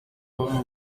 abamo